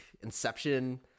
Inception